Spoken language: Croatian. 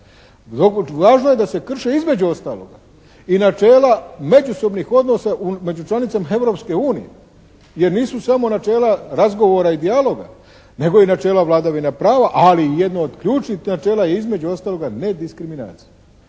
Važno je da se krše između ostaloga i načela međusobnih odnosa među članicama Europske unije, jer nisu samo načela razgovora i dijaloga nego i načela vladavine prava, ali i jedno od ključnih načela je između ostaloga nediskriminacija.